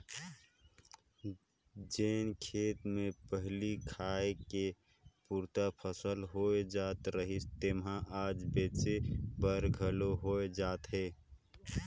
जेन खेत मे पहिली खाए के पुरता फसल होए जात रहिस तेम्हा आज बेंचे बर घलो होए जात हे